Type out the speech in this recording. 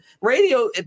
radio